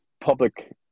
public